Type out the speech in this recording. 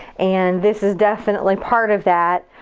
and this is definitely part of that.